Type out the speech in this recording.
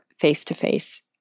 face-to-face